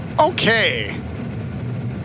Okay